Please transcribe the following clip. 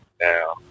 now